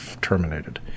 terminated